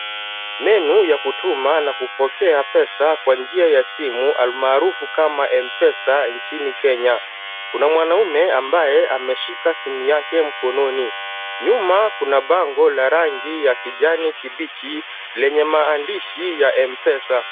Menu ya kutuma na kupokea pesa kwa njia ya simu almaarufu kama mpesa nchini Kenya. Kuna mwanaumme ambaye ameshika simu yake mkononi, nyuma Kuna bango la rangi ya kijani kibichi lenye maandishi ya mpesa.